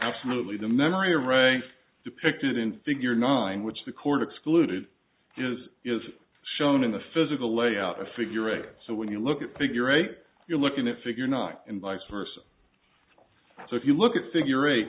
absolutely the memory array depicted in figure nine which the court excluded is shown in the physical layout of figure eight so when you look at figure eight you're looking at figure not in viceversa so if you look at figur